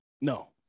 No